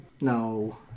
No